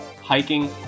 hiking